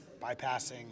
bypassing